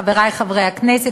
חברי חברי הכנסת,